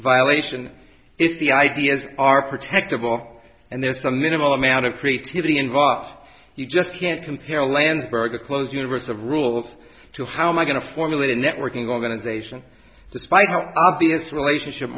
violation if the ideas are protective or and there's a minimal amount of creativity involved you just can't compare landsberg a closed universe of rules to how am i going to formulate a networking organization despite how obvious relationship